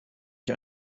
ich